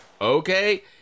Okay